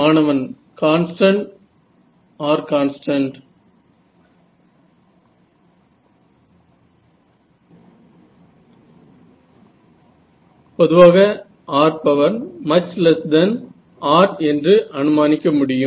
மாணவன் constant r constant பொதுவாக r′ r என்று அனுமானிக்க முடியும்